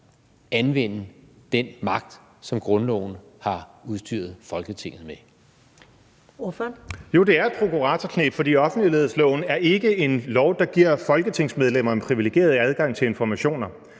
(Karen Ellemann): Ordføreren. Kl. 17:00 Morten Messerschmidt (DF): Jo, det er et prokuratorkneb, for offentlighedsloven er ikke en lov, der giver folketingsmedlemmerne privilegeret adgang til informationer.